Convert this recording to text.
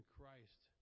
Christ